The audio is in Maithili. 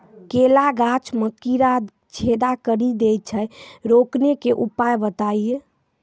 केला गाछ मे कीड़ा छेदा कड़ी दे छ रोकने के उपाय बताइए?